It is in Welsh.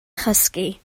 chysgu